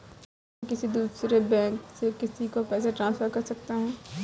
क्या मैं किसी दूसरे बैंक से किसी को पैसे ट्रांसफर कर सकता हूँ?